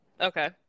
Okay